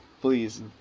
Please